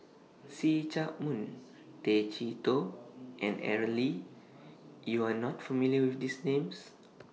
See Chak Mun Tay Chee Toh and Aaron Lee YOU Are not familiar with These Names